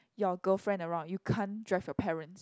your girlfriend around you can't drive your parents